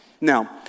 Now